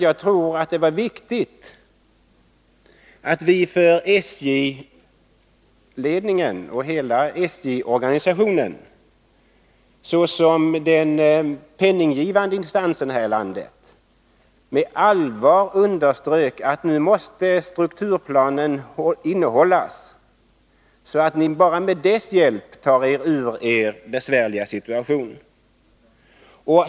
Jagtror att det var viktigt att vi - såsom den penninggivande instansen här i landet — med allvar underströk för SJ-ledningen och hela SJ-organisationen att strukturplanen måste innehållas, så att SJ bara med dess hjälp tar sig ur sin besvärliga situation.